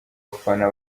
bafana